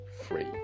free